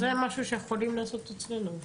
זה משהו שאנחנו יכולים לעשות אצלנו.